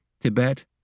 Tibet